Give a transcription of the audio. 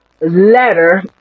letter